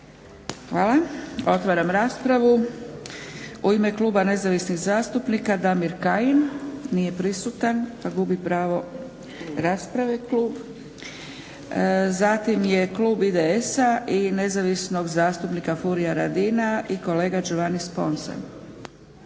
Hvala. Otvaram raspravu. U ime kluba Nezavisnih zastupnika Damir Kajin. Nije prisutan pa gubi pravo rasprave klub. Zatim je klub IDS-a i nezavisnog zastupnika Furia Radina i kolega Giovanni Sponza.